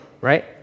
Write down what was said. right